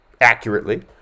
accurately